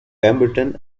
pemberton